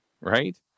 right